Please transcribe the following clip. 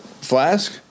Flask